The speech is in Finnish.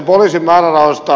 poliisin määrärahoista